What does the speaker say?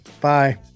Bye